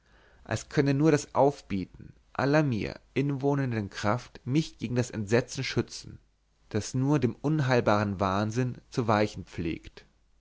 als könne nur das aufbieten aller mir inwohnenden kraft mich gegen das entsetzen schützen das nur dem unheilbaren wahnsinn zu weichen pflegt